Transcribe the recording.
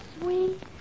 sweet